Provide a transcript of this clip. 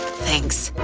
thanks.